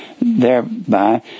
thereby